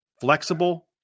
flexible